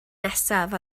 nesaf